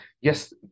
yes